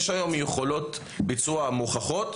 יש היום יכולות ביצוע מוכחות.